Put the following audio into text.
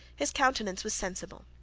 his countenance was sensible,